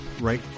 right